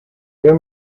their